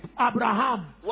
Abraham